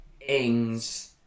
Ings